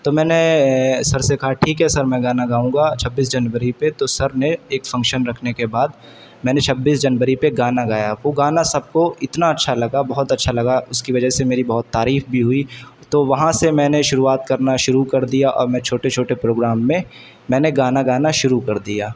تو میں نے سر سے کہا ٹھیک ہے سر میں گانا گاؤں گا چھبیس جنوری پہ تو سر نے ایک فنکشن رکھنے کے بعد میں نے چھبیس جنوری پہ گانا گایا وہ گانا سب کو اتنا اچھا لگا بہت اچھا لگا اس کی وجہ سے میری بہت تعریف بھی ہوئی تو وہاں سے میں نے شروعات کرنا شروع کر دیا اور میں چھوٹے چھوٹے پروگرام میں میں نے گانا گانا شروع کر دیا